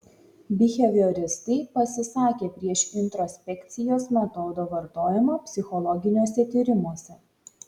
bihevioristai pasisakė prieš introspekcijos metodo vartojimą psichologiniuose tyrimuose